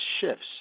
shifts